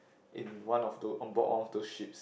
in one or two onboard one of those ship